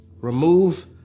Remove